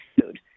food